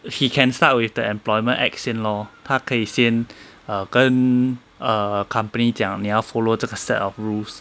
if he can start with the employment act 先 lor 他可以先 err 跟 err company 讲你要 follow 这个 set of rules